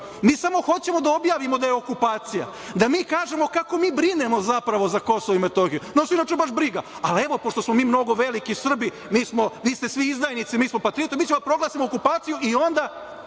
mi samo hoćemo da objavimo da je okupacija, da mi kažemo kako mi brinemo zapravo za KiM, nas inače baš briga, ali evo pošto smo mi veliki Srbi, vi ste svi izdajnici, mi smo patriote, mi ćemo da proglasimo okupaciju i onda